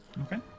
Okay